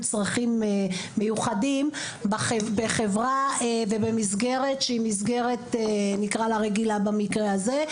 צרכים מיוחדים בחברה ובמסגרת שהיא רגילה במקרה הזה.